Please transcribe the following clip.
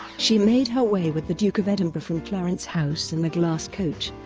she made her way with the duke of edinburgh from clarence house in the glass coach,